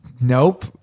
Nope